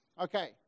Okay